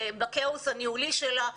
בכאוס הניהולי שלה,